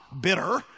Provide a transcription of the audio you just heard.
bitter